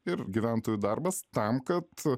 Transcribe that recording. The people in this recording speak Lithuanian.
ir gyventojų darbas tam kad